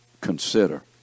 consider